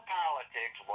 politics